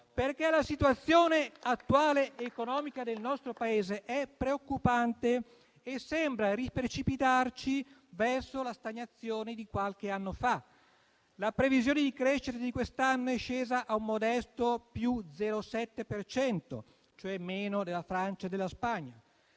La situazione economica attuale del nostro Paese, infatti, è preoccupante e sembra riprecipitarci verso la stagnazione di qualche anno fa. La previsione di crescita di quest'anno è scesa a un modesto +0,7 per cento, cioè meno della Francia e della Spagna.